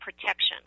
protection